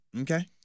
okay